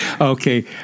Okay